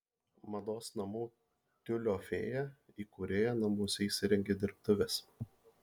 mados namų tiulio fėja įkūrėja namuose įsirengė dirbtuves